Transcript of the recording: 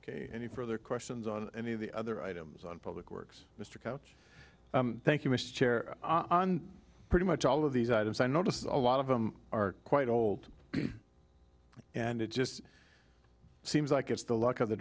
mr any further questions on any of the other items on public works mr couch thank you mr chair on pretty much all of these items i notice a lot of them are quite old and it just seems like it's the luck of the